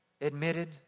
admitted